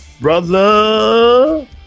Brother